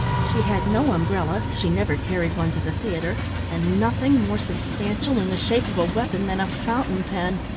she had no umbrella she never carried one to the theatre and nothing more substantial in the shape of a weapon than a fountain pen.